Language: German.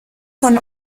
von